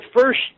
first